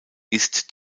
ist